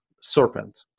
serpent